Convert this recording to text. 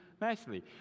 nicely